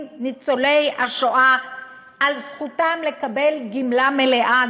של ניצולי השואה על זכותם לקבל גמלה מלאה,